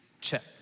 check